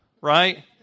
right